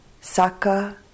Saka